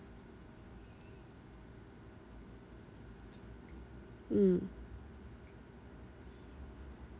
mm